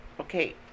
okay